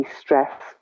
stress